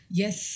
yes